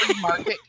market